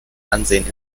ansehen